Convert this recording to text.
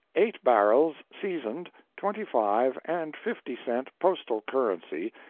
eight barrels seasoned twenty five and fifty cent postal currency,